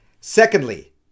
Secondly